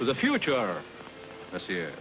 for the future is here